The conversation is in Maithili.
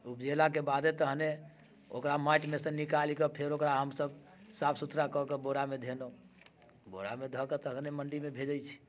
उपजेलाके बादे तऽ तहने ओकरा माटिमे सँ निकालिकऽ तखन फेर ओकरा हमसब साफ सुथरा कऽके बोरामे धेलहुँ बोरामे धऽके तहन मण्डीमे भेजै छी